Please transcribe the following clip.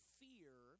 fear